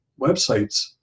websites